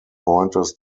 pointers